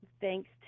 thanks